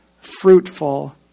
fruitful